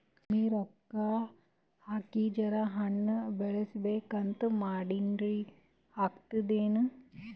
ಕಮ್ಮಿ ರೊಕ್ಕ ಹಾಕಿ ಜರಾ ಹಣ್ ಬೆಳಿಬೇಕಂತ ಮಾಡಿನ್ರಿ, ಆಗ್ತದೇನ?